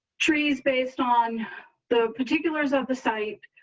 trees based on the particulars of the site.